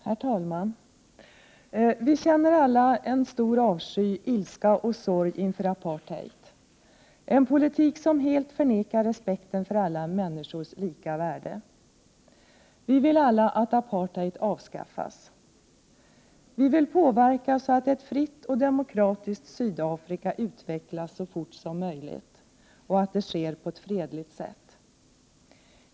Herr talman! Vi känner alla en stor avsky, ilska och sorg inför apartheid, en politik som helt förnekar respekten för alla människors lika värde. Vi vill alla att apartheid avskaffas. Vi vill påverka så att ett fritt och demokratiskt Sydafrika utvecklas så fort som möjligt och att det sker på ett fredligt sätt.